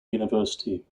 university